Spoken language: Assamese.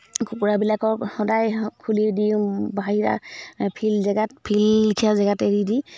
কুকুৰাবিলাকৰ সদায় খুলি দি বাহিৰা ফিল্ড জেগাত ফিল্ডলেখিয়া জেগাত এৰি দি